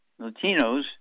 Latinos